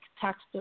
tax